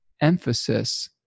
emphasis